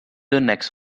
õnneks